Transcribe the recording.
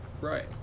Right